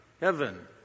heaven